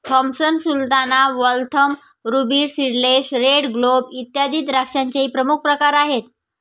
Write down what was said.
Thompson Sultana, Waltham, Ruby seedless, Red Globe, इत्यादी द्राक्षांचेही प्रमुख प्रकार आहेत